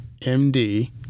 MD